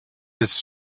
his